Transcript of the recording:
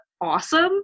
awesome